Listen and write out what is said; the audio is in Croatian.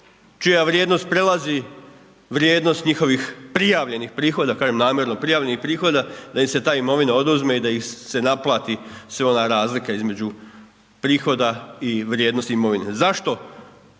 čija vrijednost prelazi vrijednost njihovih prijavljenih prihoda, kažem namjerno prijavljenih prihoda, da im se ta imovina oduzme i da im se naplati sva ona razlika između prihoda i vrijednosti imovine. Zašto